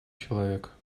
человек